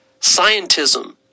scientism